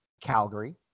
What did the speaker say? Calgary